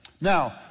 Now